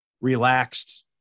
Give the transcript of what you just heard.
relaxed